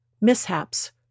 mishaps